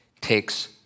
takes